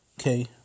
Okay